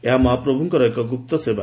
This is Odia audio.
ଏହା ମହାପ୍ରଭୁଙ୍କ ଏକ ଗୁପ୍ତ ସେବା